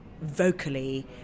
vocally